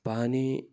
पानी